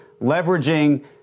leveraging